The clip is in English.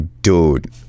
dude